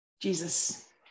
Jesus